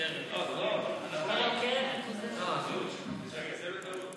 הודעת הממשלה על שינוי בחלוקת התפקידים בין השרים נתקבלה.